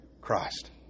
Christ